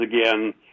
again